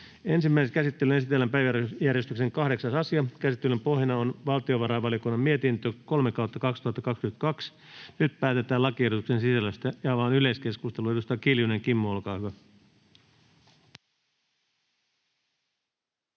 Ensimmäiseen käsittelyyn esitellään päiväjärjestyksen 8. asia. Käsittelyn pohjana on valtiovarainvaliokunnan mietintö VaVM 3/2022 vp. Nyt päätetään lakiehdotuksen sisällöstä. Avaan yleiskeskustelun. — Edustaja Kiljunen, Kimmo, olkaa hyvä.